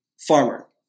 farmer